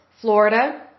Florida